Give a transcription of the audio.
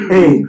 Hey